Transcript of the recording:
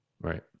Right